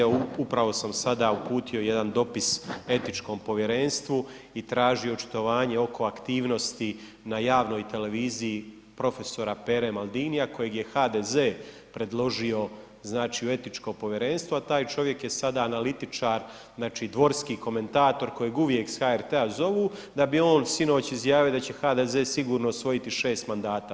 Evo upravo sam sada uputio jedan dopis etičkom povjerenstvu i tražio očitovanje oko aktivnosti na javnoj televiziji prof. Pere Maldinija kojeg je HDZ predložio znači u etičko povjerenstvo a taj čovjek je sad analitičar, znači dvorski komentator kojeg uvijek iz HRT-a zovu da bi on sinoć izjavio da će HDZ sigurno osvojiti 6 mandata.